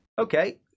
Okay